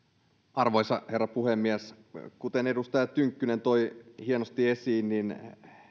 arvoisa herra puhemies kuten edustaja tynkkynen toi hienosti esiin